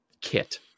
kit